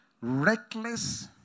reckless